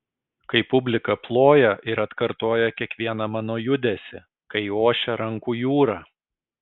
kai publika ploja ir atkartoja kiekvieną mano judesį kai ošia rankų jūra